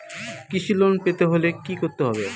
কৃষি লোন পেতে হলে কি করতে হবে?